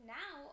now